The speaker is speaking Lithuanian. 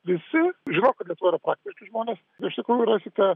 visi žino kad lietuvoj yra praktiški žmonės iš tikrųjų rasite